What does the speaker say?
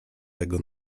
tego